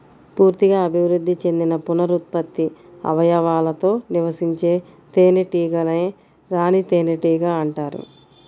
పూర్తిగా అభివృద్ధి చెందిన పునరుత్పత్తి అవయవాలతో నివసించే తేనెటీగనే రాణి తేనెటీగ అంటారు